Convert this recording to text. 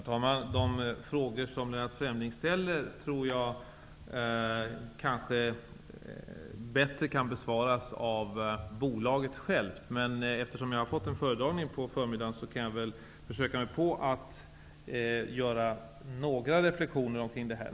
Herr talman! De frågor som Lennart Fremling ställer tror jag bättre kan besvaras av bolaget självt. Men eftersom jag har fått en föredragning på förmiddagen, kan jag väl försöka mig på att göra några reflexioner kring frågorna.